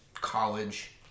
college